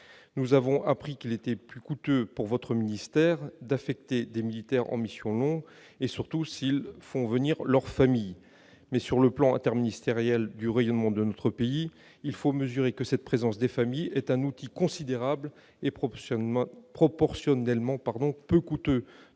Nous avons appris qu'il était plus coûteux, pour votre ministère, d'affecter des militaires en mission longue, surtout s'ils font venir leur famille. Sur le plan interministériel du rayonnement de notre pays, il faut toutefois mesurer que la présence des familles est un outil d'une efficacité considérable, et relativement peu coûteux,